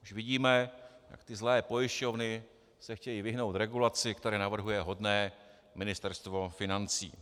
Už vidíme, jak ty zlé pojišťovny se chtějí vyhnout regulaci, kterou navrhuje hodné Ministerstvo financí.